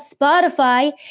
Spotify